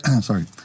sorry